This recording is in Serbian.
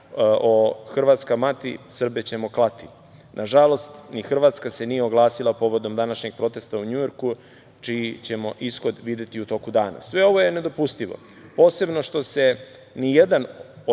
hrvatska mati, Srbe ćemo klati“. Nažalost, ni Hrvatska se nije oglasila povodom današnjeg protesta u Njujorku, čiji ćemo ishod videti u toku dana. Sve ovo je nedopustivo, posebno što se povodom